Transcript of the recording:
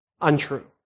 Untrue